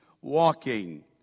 walking